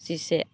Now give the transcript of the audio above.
जिसे